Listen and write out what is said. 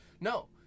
no